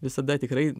visada tikrai